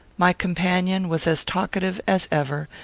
my companion was as talkative as ever,